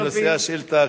נושא השאילתא,